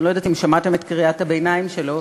אני לא יודעת אם שמעתם את קריאת הביניים שלו,